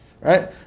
right